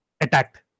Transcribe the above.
attacked